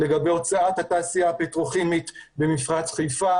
לגבי הוצאת התעשייה הפטרוכימית ממפרץ חיפה